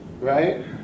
right